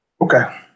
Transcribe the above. Okay